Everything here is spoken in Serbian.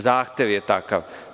Zahtev je takav.